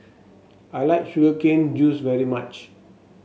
I like Sugar Cane Juice very much